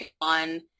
on